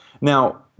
Now